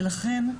ולכן,